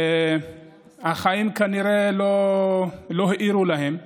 שהחיים כנראה לא האירו להם פנים.